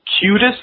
cutest